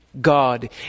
God